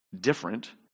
different